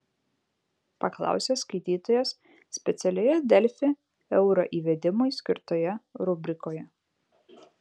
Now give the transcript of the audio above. paklausė skaitytojas specialioje delfi euro įvedimui skirtoje rubrikoje